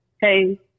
Hey